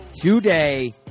today